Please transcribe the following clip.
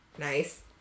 Nice